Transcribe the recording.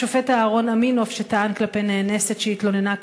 השופט אהרן אמינוף טען כלפי נאנסת שהתלוננה על